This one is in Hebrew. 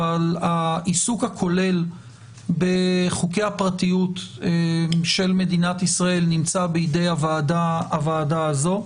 אבל העיסוק הכולל בחוקי הפרטיות של מדינת ישראל נמצא בידי הוועדה הזו.